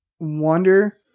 wonder